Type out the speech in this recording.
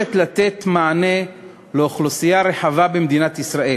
מבקשת לתת מענה לאוכלוסייה רחבה במדינת ישראל,